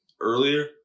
earlier